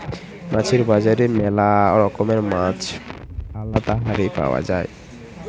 মাছের বাজারে ম্যালা রকমের মাছ আলদা হারে পাওয়া যায়